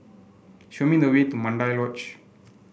show me the way to Mandai Lodge